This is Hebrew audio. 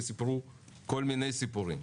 וסיפרו כל מיני סיפורים.